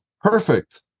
Perfect